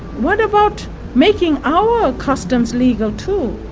what about making our customs legal too?